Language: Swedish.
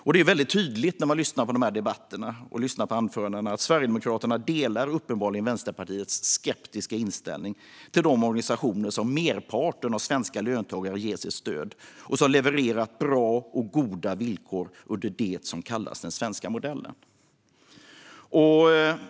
När man lyssnar på debatterna och anförandena är det väldigt tydligt att Sverigedemokraterna uppenbarligen delar Vänsterpartiets skeptiska inställning till de organisationer som merparten av svenska löntagare ger sitt stöd och som levererat goda villkor under det som kallas den svenska modellen.